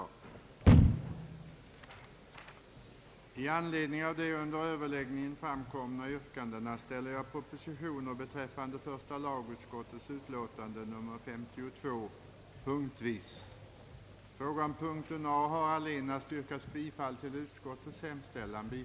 Herr talman! I debattens tidigare skede nämndes i något sammanhang att vissa klassgränser skulle uppstå, om man inte godtog propositionen helt.